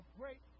great